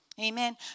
amen